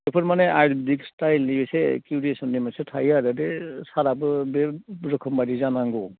बेफोर माने आयुरबेदिक स्टाइलनि एसे किउरसननि मोनसे थायो आरो बे सारआबो बे रोखोमारि जानांगौ